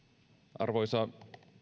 arvoisa